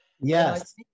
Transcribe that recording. Yes